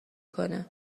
کنه